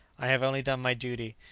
i have only done my duty,